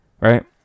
right